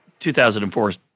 2004